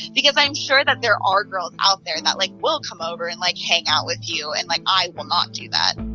because i'm sure that there are girls out there and that, like, will come over and, like, hang out with you, and, like, i will not do that